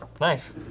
Nice